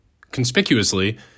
Conspicuously